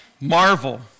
marvel